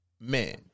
man